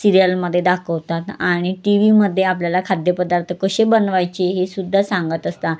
सिरियलमध्ये दाखवतात आणि टी व्हीमध्ये आपल्याला खाद्यपदार्थ कसे बनवायचे हे सुद्धा सांगत असतात